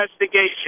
investigation